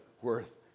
worth